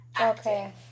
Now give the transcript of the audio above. Okay